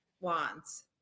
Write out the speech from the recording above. wands